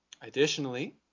Additionally